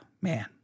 Man